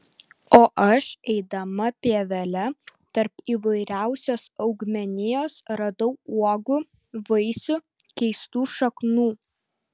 o aš eidama pievele tarp įvairiausios augmenijos radau uogų vaisių keistų šaknų